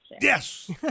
Yes